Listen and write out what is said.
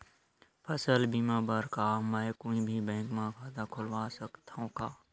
फसल बीमा बर का मैं कोई भी बैंक म खाता खोलवा सकथन का?